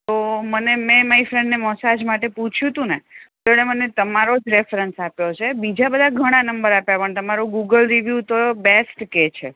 તો મને મેં મારી ફ્રેન્ડને મસાજ માટે પૂછ્યું હતું ને એણે મને તમારો રેફરન્સ આપ્યો છે બીજા બધા ઘણા નંબર આપ્યા પણ તમારો ગૂગલ રિવ્યૂ તો બેસ્ટ કહે છે